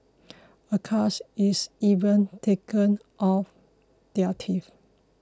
a cast is even taken of their teeth